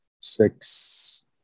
six